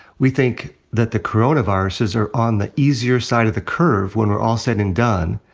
we think that the coronaviruses are on the easier side of the curve, when we're all said and done.